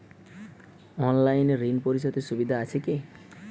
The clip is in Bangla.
অনলাইনে ঋণ পরিশধের সুবিধা আছে কি?